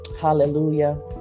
Hallelujah